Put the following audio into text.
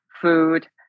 food